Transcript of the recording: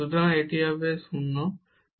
সুতরাং এটি হবে 0